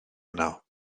yno